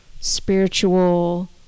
spiritual